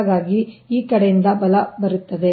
ಹಾಗಾಗಿ ಈ ಕಡೆಯಿಂದ ಬಲ ಬರುತ್ತದೆ